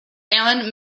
aaron